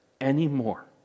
anymore